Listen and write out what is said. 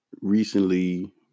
recently